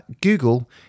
Google